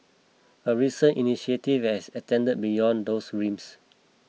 a recent initiative has extended beyond those realms